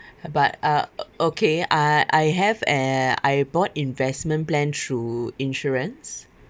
but uh o~ okay I I have a I bought investment plan through insurance